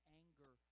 anger